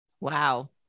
Wow